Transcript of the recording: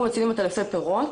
אנחנו מצילים עטלפי פירות,